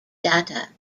data